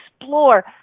explore